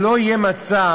שלא יהיה מצב